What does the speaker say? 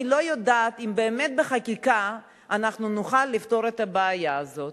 אני לא יודעת אם באמת בחקיקה אנחנו נוכל לפתור את הבעיה הזאת.